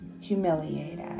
humiliated